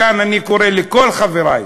מכאן אני קורא לכל חברי,